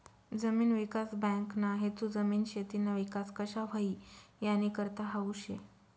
जमीन विकास बँकना हेतू जमीन, शेतीना विकास कशा व्हई यानीकरता हावू शे